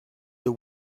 the